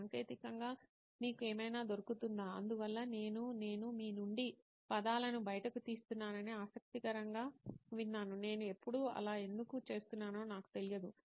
సాంకేతికంగా మీకు ఏమైనా దొరుకుతుందా అందువల్ల నేను నేను మీ నుండి పదాలను బయటకు తీస్తున్నానని ఆసక్తికరంగా విన్నాను నేను ఎప్పుడూ అలా ఎందుకు చేస్తున్నానో నాకు తెలియదు